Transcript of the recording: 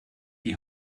die